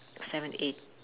seven eight